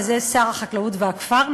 וזה שר החקלאות והכפר,